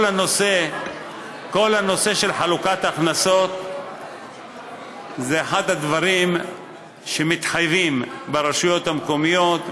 כל הנושא של חלוקת הכנסות זה אחד הדברים שמתחייבים ברשויות המקומיות,